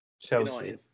Chelsea